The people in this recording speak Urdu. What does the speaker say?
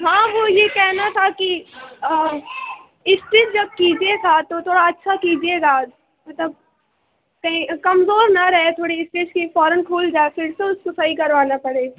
ہاں وہ یہ کہنا تھا کہ اسٹیچ جب کیجیے گا تو تھوڑا اچّھا کیجیے گا مطب کہیں کمزور نہ رہے تھوڑی اسٹیچ کی فوراً کھل جائے پھر سے اس کو صحیح کروانا پڑے